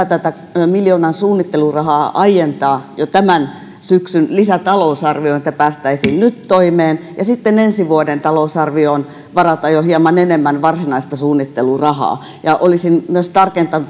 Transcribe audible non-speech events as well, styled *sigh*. *unintelligible* tätä miljoonan suunnittelurahaa aientaa jo tämän syksyn lisätalousarvioon että päästäisiin nyt toimeen ja sitten ensi vuoden talousarvioon varata jo hieman enemmän varsinaista suunnittelurahaa ja olisin myös tarkentanut